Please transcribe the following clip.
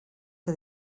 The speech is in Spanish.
que